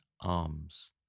arms